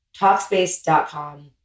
Talkspace.com